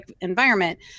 environment